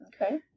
Okay